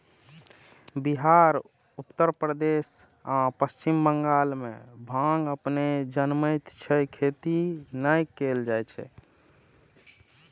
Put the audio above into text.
बिहार, उत्तर प्रदेश आ पश्चिम बंगाल मे भांग अपने जनमैत छै, खेती नै कैल जाए छै